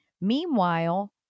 Meanwhile